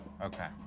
Okay